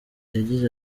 yagize